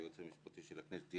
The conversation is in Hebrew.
הפוליטי,